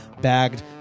bagged